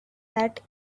that